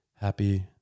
happy